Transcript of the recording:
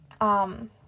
um-